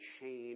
change